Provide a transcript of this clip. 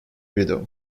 window